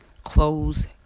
close